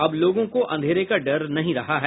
अब लोगों को अंधेरे का डर नहीं रहा है